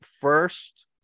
first